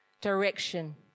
direction